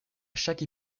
chaque